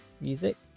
music